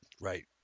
Right